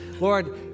Lord